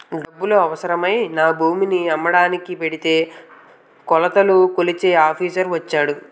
డబ్బులు అవసరమై నా భూమిని అమ్మకానికి ఎడితే కొలతలు కొలిచే ఆఫీసర్ వచ్చాడు